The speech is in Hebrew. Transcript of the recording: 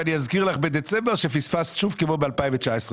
ואני אזכיר לך בדצמבר שפספסת שוב כמו ב-2019.